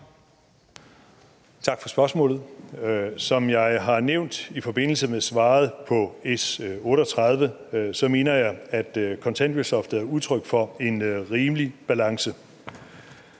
Tak for spørgsmålet. Som jeg har nævnt i forbindelse med svaret på S 38, mener jeg, at kontanthjælpsloftet er udtryk for en rimelig balance.